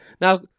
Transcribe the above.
Now